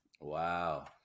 Wow